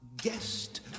guest